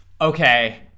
Okay